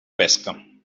pesca